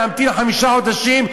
להמתין חמישה חודשים,